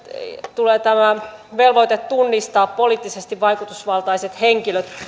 tulee tämä velvoite tunnistaa poliittisesti vaikutusvaltaiset henkilöt